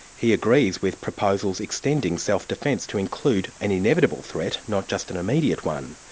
he agrees with proposals extending self-defence to include an inevitable threat, not just an immediate one.